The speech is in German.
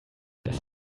das